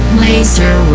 laser